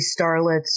starlets